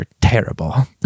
terrible